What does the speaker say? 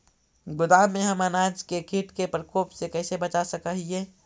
गोदाम में हम अनाज के किट के प्रकोप से कैसे बचा सक हिय?